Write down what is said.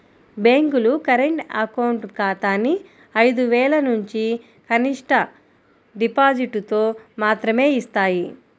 బ్యేంకులు current account ఖాతాని ఐదు వేలనుంచి కనిష్ట డిపాజిటుతో మాత్రమే యిస్తాయి